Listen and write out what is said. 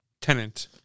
Tenant